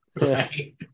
Right